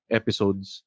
episodes